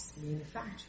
manufacture